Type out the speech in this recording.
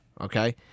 okay